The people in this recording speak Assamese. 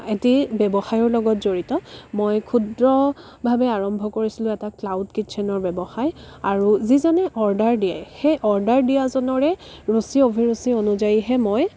এটি ব্যৱসায়ৰ লগত জড়িত মই ক্ষুদ্ৰ ভাৱে আৰম্ভ কৰিছিলোঁ এটা ক্লাউড কিটচেনৰ ব্যৱসায় আৰু যিজনে অৰ্ডাৰ দিয়ে সেই অৰ্ডাৰ দিয়াজনৰে ৰুচি অভিৰুচি অনুযায়ীহে মই